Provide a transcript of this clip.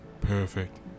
Perfect